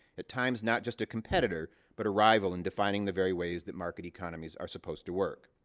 at times, not just a competitor but a rival in defining the very ways that market economies are supposed to work.